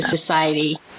society